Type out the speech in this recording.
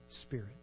Spirit